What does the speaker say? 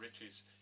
riches